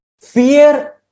fear